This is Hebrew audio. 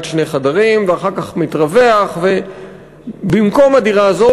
שני חדרים ואחר כך מתרווח ובמקום הדירה הזאת,